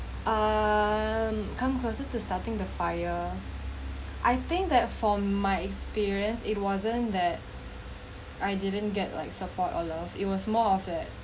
um come closest to starting the fire I think that for my experience it wasn't that I didn't get like support or love it was more of it